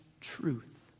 truth